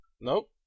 Nope